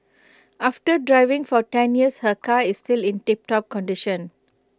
after driving for ten years her car is still in tiptop condition